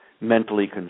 mentally